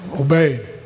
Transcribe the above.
Obeyed